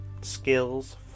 skills